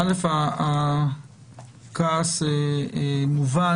הכעס מובן.